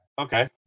Okay